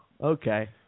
okay